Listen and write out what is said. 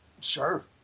Sure